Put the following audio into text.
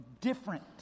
different